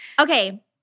Okay